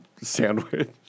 Sandwich